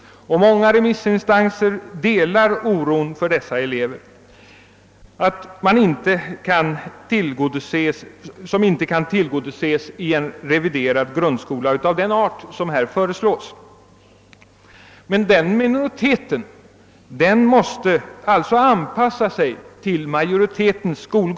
Många remissinstanser delar oron för dessa elever, som inte kan tillgodoses i en reviderad grundskola av den art som här föreslås. Den minoriteten måste emellertid anpassa sig till majoritetens val.